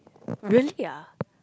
really ah